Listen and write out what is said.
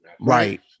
Right